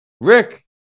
Rick